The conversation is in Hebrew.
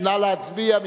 נא להצביע.